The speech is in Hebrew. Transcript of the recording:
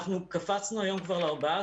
אנחנו קפצנו היום כבר ל-14.